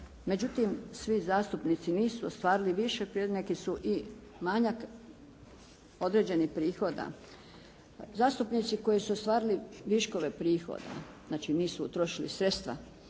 Međutim, svi zastupnici nisu ostvarili višak prihoda, neki su i manjak određenih prihoda. Zastupnici koji su ostvarili viškove prihoda, znači nisu utrošili sredstva,